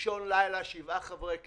אישון לילה, שבעה חברי כנסת,